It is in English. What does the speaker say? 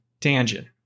tangent